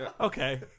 okay